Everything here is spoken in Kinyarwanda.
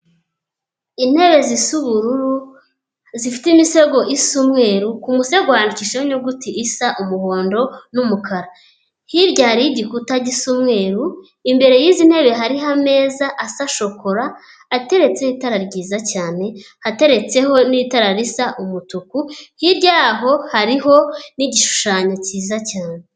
Intebe zisa ubururu zifite imisego isa umweru, ku musego handikishijeho inyuguti isa umuhondo n'umukara, hirya hariho igikuta gisa umweru, imbere y'izi ntebe hariho ameza asa shokora ateretse itara ryiza cyane, ateretseho n'itara risa umutuku, hirya yaho hariho n'igishushanyo cyiza cyane.